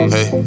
Hey